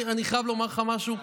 אני חייב לומר לך משהו,